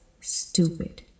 Stupid